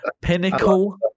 pinnacle